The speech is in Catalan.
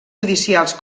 judicials